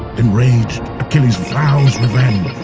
enraged, achilles vows revenge.